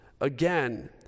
again